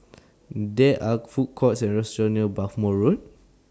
There Are Food Courts Or restaurants near Bhamo Road